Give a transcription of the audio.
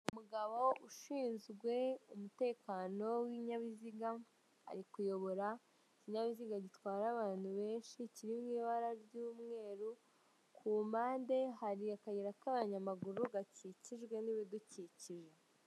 Umugabo ushinzwe umutekano w'ibinyabiziga ari kuyobora ikinyabiziga gitwara abantu benshi kiri mu ibara ry'umweru, kumpande hari akayira k' abanyamaguru gakikijwe n'ibidukikije.